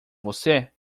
você